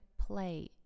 play